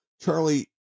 charlie